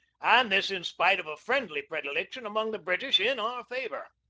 and this in spite of a friendly predilection among the britrsh in our favor.